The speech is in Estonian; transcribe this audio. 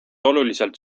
oluliselt